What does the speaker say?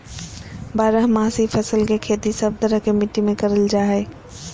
बारहमासी फसल के खेती सब तरह के मिट्टी मे करल जा हय